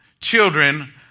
children